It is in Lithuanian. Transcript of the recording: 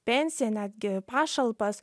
pensiją netgi pašalpas